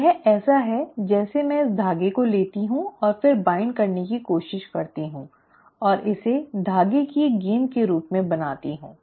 यह ऐसा है जैसे मैं इस धागे को लेती हूं और फिर वाइन्ड करने की कोशिश करती हूं और इसे धागे की एक गेंद के रूप में बनाती हूं